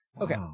okay